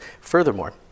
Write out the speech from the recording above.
Furthermore